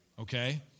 Okay